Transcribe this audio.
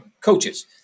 coaches